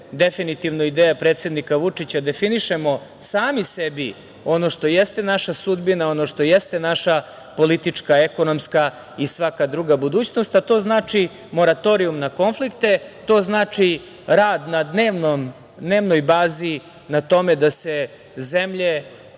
definitivno ideja predsednika Vučića, definišemo sami sebi ono što jeste naša sudbina, ono što jeste naša politička, ekonomska i svaka druga budućnost. To znači moratorijum na konflikte, to znači rad na dnevnoj bazi na tome da se zemlje